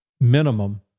minimum